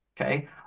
okay